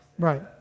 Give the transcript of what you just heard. Right